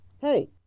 Hey